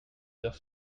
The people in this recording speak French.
heures